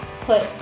put